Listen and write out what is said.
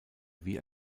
wie